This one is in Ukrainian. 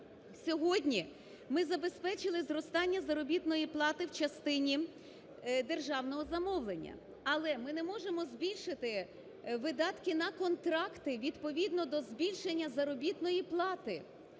Сьогодні ми забезпечили зростання заробітної плати в частині державного замовлення. Але ми не можемо збільшити видатки на контракти відповідно до збільшення заробітної плати,